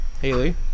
Haley